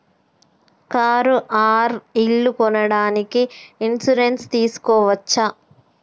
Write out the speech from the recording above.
Car or ఇల్లు కొనడానికి insurance తీస్కోవచ్చా?